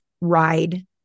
ride